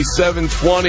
720